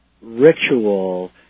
ritual